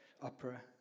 opera